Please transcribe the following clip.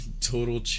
total